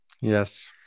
Yes